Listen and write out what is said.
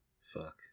Fuck